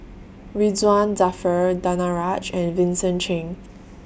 Ridzwan Dzafir Danaraj and Vincent Cheng